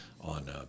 on